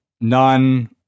none